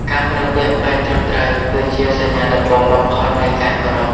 ការប្រើពាក្យពេចន៍ត្រឹមត្រូវ គឺជាសញ្ញាដំបូងបំផុតនៃការគោរព។